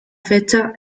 fecha